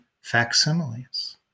facsimiles